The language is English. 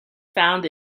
found